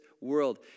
world